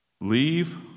leave